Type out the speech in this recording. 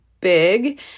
big